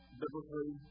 biblically